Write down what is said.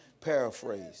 paraphrase